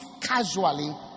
casually